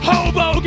Hobo